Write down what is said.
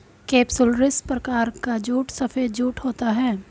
capsularis प्रकार का jute सफेद जूट होता है